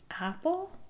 Apple